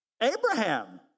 Abraham